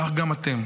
כך גם אתם,